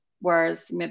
whereas